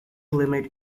limit